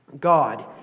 God